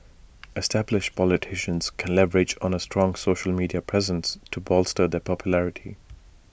established politicians can leverage on A strong social media presence to bolster their popularity